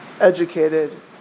educated